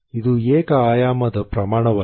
ಇದು ಏಕ ಆಯಾಮದ ಪ್ರಮಾಣವಲ್ಲ